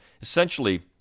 Essentially